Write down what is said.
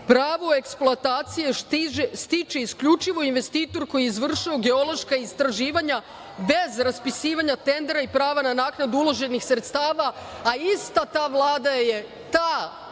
pravo eksploatacije stiče isključivo investitor koji je izvršio geološka istraživanja, bez raspisivanja tendera i prava na naknadu uloženih sredstava, a ista ta Vlada je